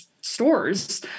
stores